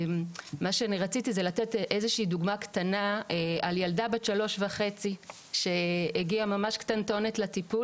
רציתי לתת דוגמה קטנה על ילדה בת שלוש וחצי שהגיעה ממש קטנטונת לטיפול,